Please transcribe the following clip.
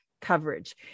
coverage